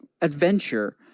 adventure